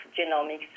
genomics